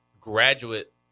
graduate